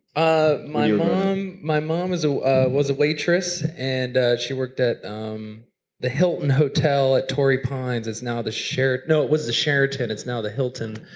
ah my mom my mom ah ah was a waitress and she worked at um the hilton hotel at tory pines, it's now the sheraton. no it was the sheraton, it's now the hilton.